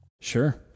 Sure